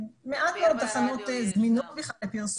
מעט מאוד תחנות זמינות בכלל לפרסום.